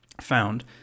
found